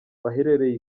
baherereye